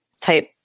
type